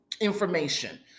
information